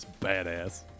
badass